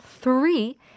three